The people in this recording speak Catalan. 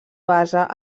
basa